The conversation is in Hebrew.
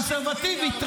והקונסרבטיבי.